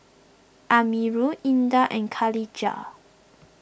Amirul Indah and Khadija